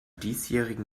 diesjährigen